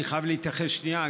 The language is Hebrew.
אני חייב להתייחס שנייה,